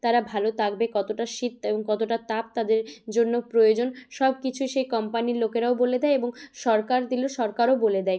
তারা ভালো থাকবে কতটা শীত এবং কতটা তাপ তাদের জন্য প্রয়োজন সব কিছু সেই কোম্পানির লোকেরাও বলে দেয় এবং সরকার দিল সরকারও বলে দেয়